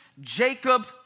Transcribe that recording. Jacob